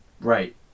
right